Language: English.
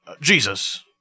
Jesus